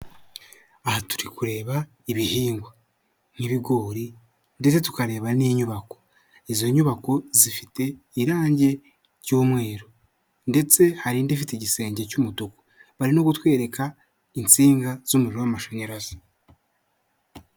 Aha turi kureba ibihingwa nk'ibigori ndetse tukareba n'inyubako, izo nyubako zifite irange ry'umweru ndetse hari indi ifite igisenge cy'umutuku, bari no kutwereka insinga z'umuriro w'amashanyarazi.